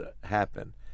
happen